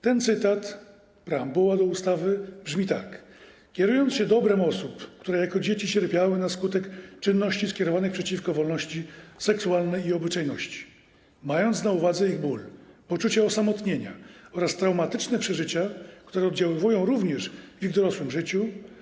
Ten cytat, preambuła do ustawy, brzmi tak: Kierując się dobrem osób, które jako dzieci cierpiały na skutek czynności skierowanych przeciwko wolności seksualnej i obyczajności, mając na uwadze ich ból, poczucie osamotnienia oraz traumatyczne przeżycia, które oddziałują również w ich dorosłym życiu,